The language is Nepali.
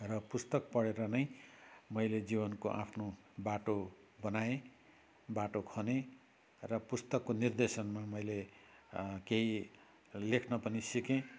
र पुस्तक पढेर नै मैले जीवनको आफ्नो बाटो बनाए बाटो खने र पुस्तकको निर्देशनमा मैले केही लेख्न पनि सिकेँ